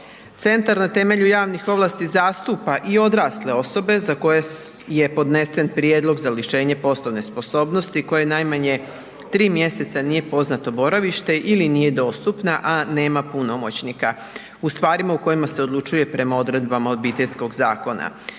Centar na temelju javnih ovlasti zastupa i odrasle osobe za koje je podnesen prijedlog za lišenje poslove sposobnosti koje najmanje 3 mjeseca nije poznato boravište ili nije dostupna, a nema punomoćnika u stvarima u kojima se odlučuje prema odredbama Obiteljskog zakonika